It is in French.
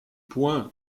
point